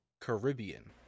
Caribbean